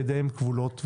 ידיהם כבולות.